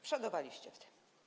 Przodowaliście w tym.